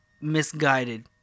misguided